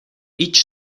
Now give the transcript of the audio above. each